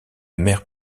mère